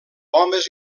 homes